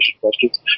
questions